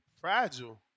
Fragile